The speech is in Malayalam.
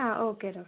ആ ഓക്കെ രോഹിത്ത്